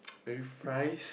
maybe fries